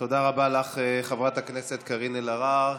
תודה רבה לך, חברת הכנסת קארין אלהרר.